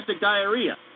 diarrhea